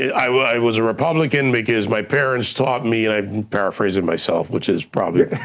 i was a republican because my parents taught me, and i'm paraphrasing myself which is probably,